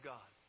God